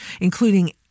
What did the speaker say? including